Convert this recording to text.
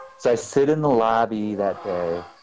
so i sit in the lobby that day,